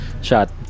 shot